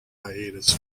hiatus